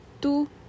Two